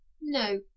No